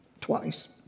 twice